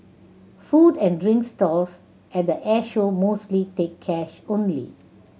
food and drink stalls at the Airshow mostly take cash only